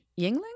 Yingling